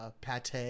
pate